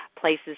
places